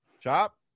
Chop